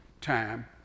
time